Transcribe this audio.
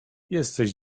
jesteś